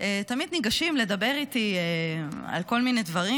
תמיד ניגשים לדבר איתי על כל מיני דברים,